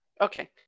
Okay